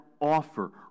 offer